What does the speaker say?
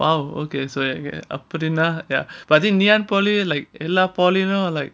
!wow! okay so அப்படினா:appadinaa ya but I think ngee ann polytechnic like எல்லா:ellaa polytechnic like